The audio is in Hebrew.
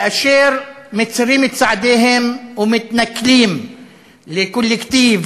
שכאשר מצרים את צעדיהם ומתנכלים לקולקטיב,